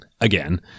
again